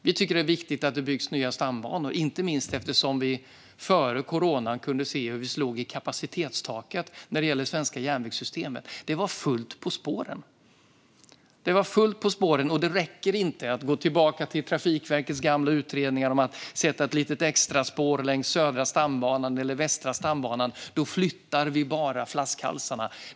Vi tycker att det är viktigt att det byggs nya stambanor, inte minst eftersom vi före corona kunde se hur vi slog i kapacitetstaket för det svenska järnvägssystemet. Det var fullt på spåren. Det var fullt på spåren, och det räcker inte att gå tillbaka till Trafikverkets gamla utredningar om att sätta ett litet extraspår längs Södra stambanan eller Västra stambanan. Då flyttar vi bara flaskhalsarna.